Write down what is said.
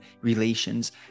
relations